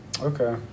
Okay